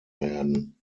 werden